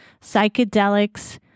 psychedelics